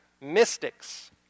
mystics